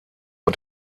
nur